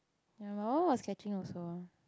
ya my one was catching also